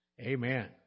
Amen